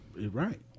Right